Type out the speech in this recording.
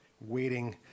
Waiting